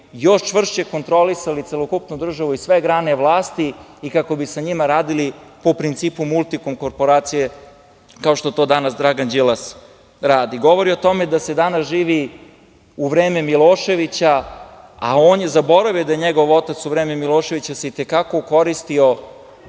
još čvršće kontrolisali celokupnu državu i sve grane vlasti i kako bi sa njima radili po principu "Multikom" korporacije, kao što to Dragan Đilas radi. Govori o tome da se danas živi u vreme Miloševića, a on je zaboravio da je njegov otac u vreme Miloševića i te kako koristio